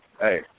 hey